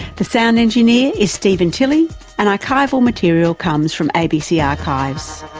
the sound engineer is steven tilly and archival material comes from abc archives.